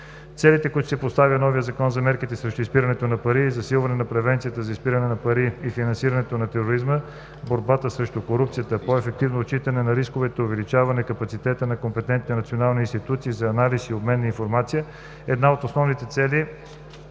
Целите, които си поставя новият Закон за мерките срещу изпирането на пари, са засилване на превенцията за изпирането на пари и финансирането на тероризма, борба срещу корупцията, по-ефективно отчитане на рисковете, увеличаване капацитета на компетентните национални институции за анализ и обмен на информация. Една от основните цели